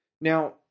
Now